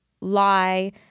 lie